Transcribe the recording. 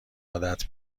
عادت